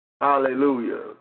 Hallelujah